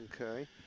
Okay